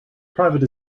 private